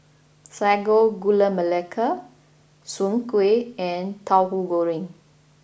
Sago Gula Melaka Soon Kway and Tauhu Goreng